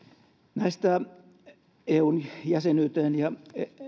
näistä eun jäsenyyteen ja